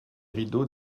rideaux